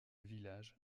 village